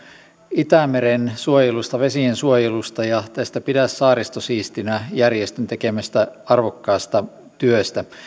itämeren suojelusta vesien suojelusta ja tästä pidä saaristo siistinä järjestön tekemästä arvokkaasta työstä